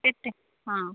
ହଁ